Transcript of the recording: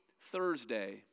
Thursday